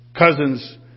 cousins